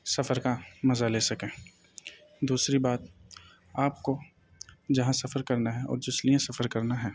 سفر کا مزہ لے سکیں دوسری بات آپ کو جہاں سفر کرنا ہے اور جس لیے سفر کرنا ہے